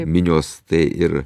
minios tai ir